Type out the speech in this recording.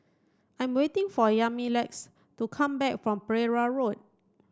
I'm waiting for Yamilex to come back from Pereira Road